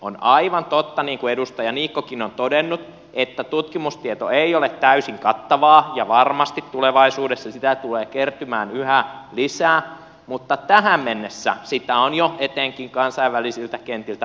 on aivan totta niin kuin edustaja niikkokin on todennut että tutkimustieto ei ole täysin kattavaa ja varmasti tulevaisuudessa sitä tulee kertymään yhä lisää mutta tähän mennessä sitä on jo etenkin kansainvälisiltä kentiltä paljon kertynyt